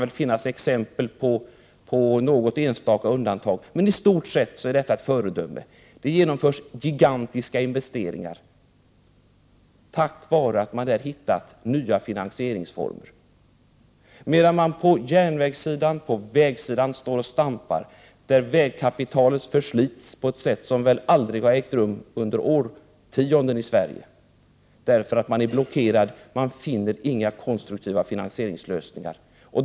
Det kan finnas exempel på något enstaka undantag, men i stort sett är vi ett föredöme. Det har gjorts gigantiska investeringar tack vare att man hittat nya finansieringsformer på det området. På järnvägsoch vägsidan står man och stampar. Vägkapitalet förslits på ett sätt som aldrig har skett under årtionden i Sverige. Man är blockerad och finner inga konstruktiva finansieringslösningar.